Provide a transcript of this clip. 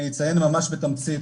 אני אציין ממש בתמצית.